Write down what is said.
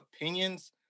opinions